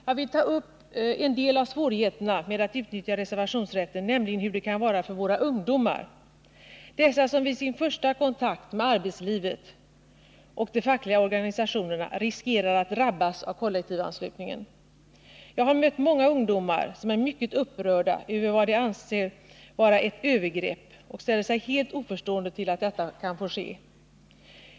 Jag vill ta upp en del av svårigheterna med att utnyttja reservationsrätten, nämligen hur det kan vara för våra ungdomar, dessa som vid sin första kontakt med arbetslivet och de fackliga organisationerna riskerar att drabbas av kollektivanslutningen. Jag har mött många ungdomar som är mycket upprörda över vad de anser vara ett övergrepp och ställer sig helt oförstående till att detta kan få ske.